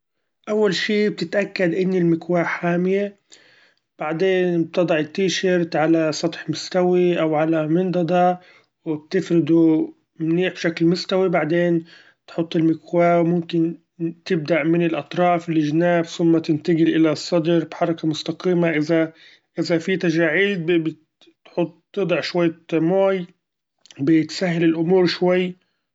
أول شي بتتأكد إن المكواة حامية ، بعدين بتضع التيشيريت على سطح مستوي أو على منضدة وبتفرده منيح شكل مستوي ، بعدين تحط المكواة وممكن تبدأ من الاطراف لچناب ثم تنتقل الى الصدر بحركة مستقيمة ، إذا- إذا فيه تچاعيد ب-بتحط بتضع شوية مأي بتسهل الامور شوي.